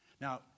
Now